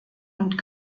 und